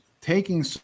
taking